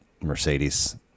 Mercedes